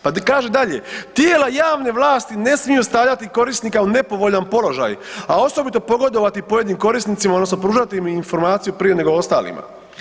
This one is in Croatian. Pa kaže dalje, tijela javne vlasti ne smiju stavljati korisnika u nepovoljan položaj a osobito pogodovati pojedinim korisnicima, odnosno pružati im informaciju prije nego ostalima.